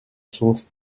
source